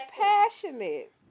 passionate